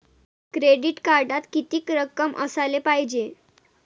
Credit कार्डात कितीक रक्कम असाले पायजे?